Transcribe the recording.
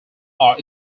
are